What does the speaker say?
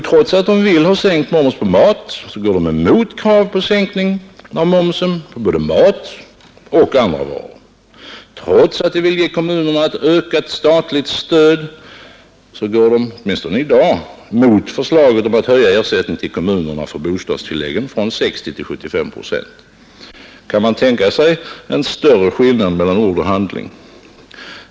Trots att de vill ha sänkt moms på mat går de emot krav på sänkning av momsen på både mat och andra varor. Trots att de vill ge kommunerna ett ökat statligt stöd går de åtminstone i dag emot förslaget att höja ersättningen till kommunerna för bostadstilläggen från 60 till 75 procent. Kan man tänka sig en större skillnad mellan ord och handling?